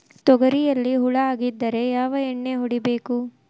ತೊಗರಿಯಲ್ಲಿ ಹುಳ ಆಗಿದ್ದರೆ ಯಾವ ಎಣ್ಣೆ ಹೊಡಿಬೇಕು?